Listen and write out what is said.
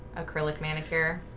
acrylic manicure.